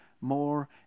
more